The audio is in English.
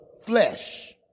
flesh